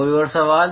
कोई और सवाल